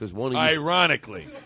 Ironically